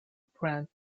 brand